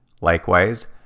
Likewise